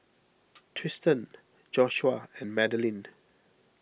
Tristen Joshua and Magdalena